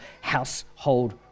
household